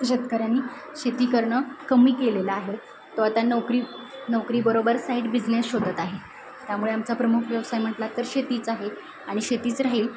शेतकऱ्यांनी शेती करणं कमी केलेलं आहे तो आता नोकरी नोकरीबरोबर साईड बिझनेस शोधत आहे त्यामुळे आमचा प्रमुख व्यवसाय म्हटला तर शेतीच आहे आणि शेतीच राहील